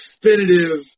definitive